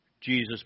Jesus